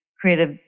creative